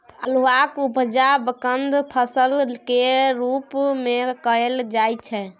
अल्हुआक उपजा कंद फसल केर रूप मे कएल जाइ छै